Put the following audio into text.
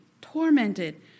tormented